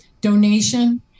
donation